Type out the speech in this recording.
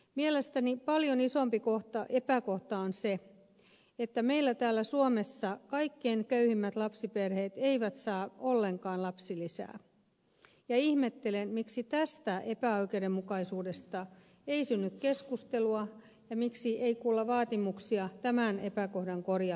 mielestäni paljon isompi epäkohta on se että meillä täällä suomessa kaikkein köyhimmät lapsiperheet eivät saa ollenkaan lapsilisää ja ihmettelen miksi tästä epäoikeudenmukaisuudesta ei synny keskustelua ja miksei kuulla vaatimuksia tämän epäkohdan korjaamiseksi